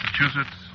Massachusetts